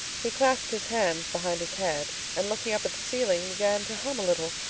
he clasped his hands behind his head, and looking up at the ceiling began to hum a little,